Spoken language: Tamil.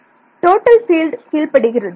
மாணவர் டோட்டல் பீல்டு கீழ்ப்படிகிறது